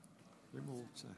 אדוני שר הביטחון,